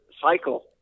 cycle